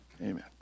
Amen